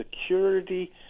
security